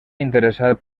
interessat